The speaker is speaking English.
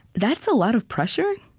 that's a lot of pressure,